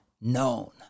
known